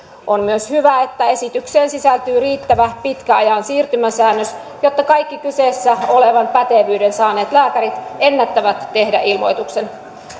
on myös hyvä että esitykseen sisältyy riittävä pitkän ajan siirtymäsäännös jotta kaikki kyseessä olevan pätevyyden saaneet lääkärit ennättävät tehdä ilmoituksen